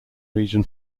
region